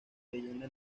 leyenda